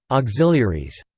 auxiliaries